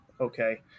okay